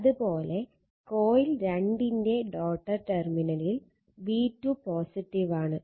അത് പോലെ കോയിൽ 2 ന്റെ ഡോട്ട്ഡ് ടെർമിനലിൽ v2 പോസിറ്റീവ് ആണ്